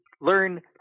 learn